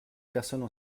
personnes